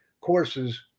courses